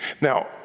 Now